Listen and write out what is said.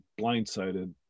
blindsided